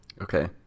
Okay